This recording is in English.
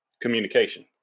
Communication